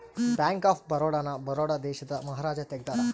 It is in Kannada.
ಬ್ಯಾಂಕ್ ಆಫ್ ಬರೋಡ ನ ಬರೋಡ ದೇಶದ ಮಹಾರಾಜ ತೆಗ್ದಾರ